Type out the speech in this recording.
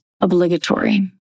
obligatory